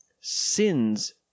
sins